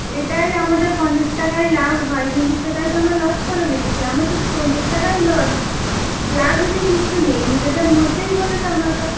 এটাই আমাদের পঞ্চাশ টাকাই লাভ হয় কিন্তু সেটাই তো আমরা লস করে দিচ্ছি আমরা তো পঞ্চাশ টাকাই লস লাভ এতে কিছু নেই নিজেদের মধ্যেই বলে তো আমরা তো